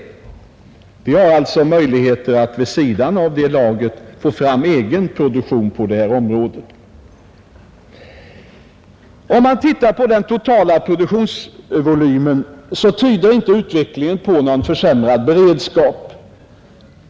Om man ser på den totala produktionsvolymen så märker man att utvecklingen inte tyder på någon försämrad beredskap.